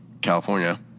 California